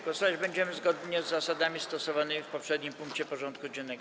Głosować będziemy zgodnie z zasadami stosowanymi w poprzednim punkcie porządku dziennego.